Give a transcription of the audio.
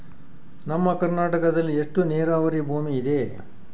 ನಮ್ಮ ಕರ್ನಾಟಕದಲ್ಲಿ ಎಷ್ಟು ನೇರಾವರಿ ಭೂಮಿ ಇದೆ?